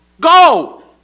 go